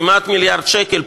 כמעט מיליארד שקל,